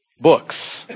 books